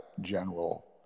General